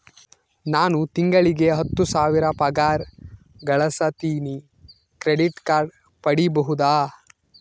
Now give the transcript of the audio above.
ನಾನು ತಿಂಗಳಿಗೆ ಹತ್ತು ಸಾವಿರ ಪಗಾರ ಗಳಸತಿನಿ ಕ್ರೆಡಿಟ್ ಕಾರ್ಡ್ ಪಡಿಬಹುದಾ?